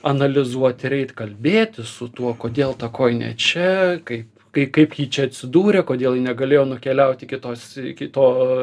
analizuot ir eit kalbėti su tuo kodėl ta kojinė čia kaip kai kaip ji čia atsidūrė kodėl ji negalėjo nukeliaut iki tos iki to